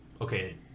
Okay